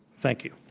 thank you.